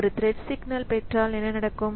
ஒரு threat signal பெற்றால் என்ன நடக்கும்